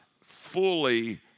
fully